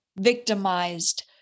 victimized